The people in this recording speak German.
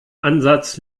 ansatz